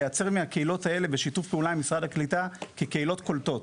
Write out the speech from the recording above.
לייצר מהקהילות האלה בשיתוף פעולה עם משרד הקליטה כקהילות קולטות.